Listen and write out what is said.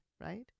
right